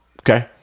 Okay